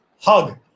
hug